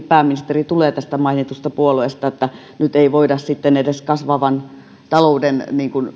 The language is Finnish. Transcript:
pääministeri tulee tästä mainitusta puolueesta että nyt ei voida sitten edes kasvavan talouden